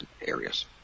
areas